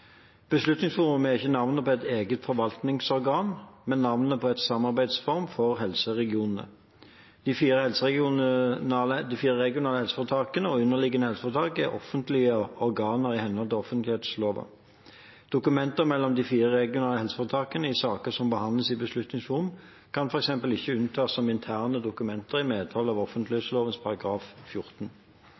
er ikke navnet på et eget forvaltningsorgan, men navnet på en samarbeidsform for helseregionene. De fire regionale helseforetakene og underliggende helseforetak er offentlige organer i henhold til offentlighetsloven. Dokumenter mellom de fire regionale helseforetakene i saker som behandles i Beslutningsforum, kan f.eks. ikke unntas som interne dokumenter i medhold av offentlighetsloven § 14.